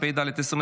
התשפ"ד 2024,